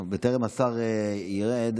בטרם השר ירד,